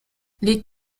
les